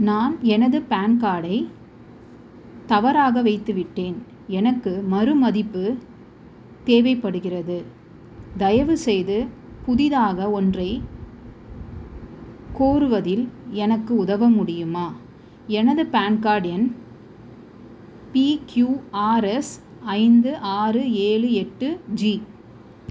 நான் எனது பேன் கார்டை தவறாக வைத்துவிட்டேன் எனக்கு மறுமதிப்பு தேவைப்படுகிறது தயவுசெய்து புதிதாக ஒன்றைக் கோருவதில் எனக்கு உதவ முடியுமா எனது பேன் கார்டு எண் பி க்யூ ஆர் எஸ் ஐந்து ஆறு ஏழு எட்டு ஜி